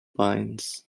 binds